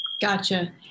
Gotcha